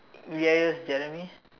ya Jeremy